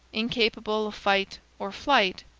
incapable of fight or flight,